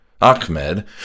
Ahmed